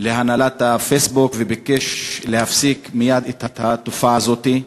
להנהלת פייסבוק וביקש להפסיק מייד את התופעה הזאת.